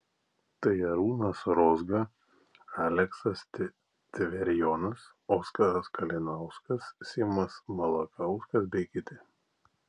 tai arūnas rozga aleksas tverijonas oskaras kalinauskas simas malakauskas bei kiti